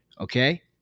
Okay